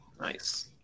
Nice